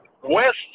west